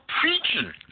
preaching